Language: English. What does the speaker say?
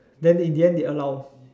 then in the end they allow